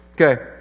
Okay